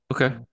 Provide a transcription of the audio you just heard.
Okay